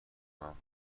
بود